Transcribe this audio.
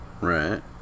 right